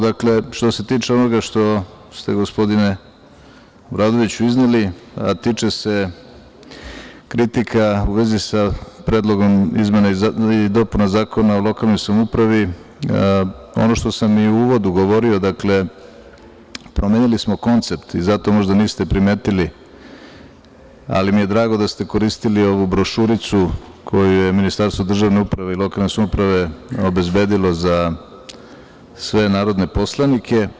Dakle, što se tiče onoga što ste, gospodine Obradoviću, izneli, a tiče se kritika u vezi sa Predlogom o izmenama i dopunama Zakona o lokalnoj samoupravi, ono što sam i u uvodu govorio, dakle, promenili smo koncept i zato možda niste primetili, ali mi je drago da ste koristili ovu brošuricu koju je Ministarstvo državne uprave i lokalne samouprave obezbedilo za sve narodne poslanike.